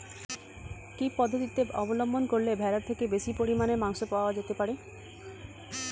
কি পদ্ধতিতে অবলম্বন করলে ভেড়ার থেকে বেশি পরিমাণে মাংস পাওয়া যেতে পারে?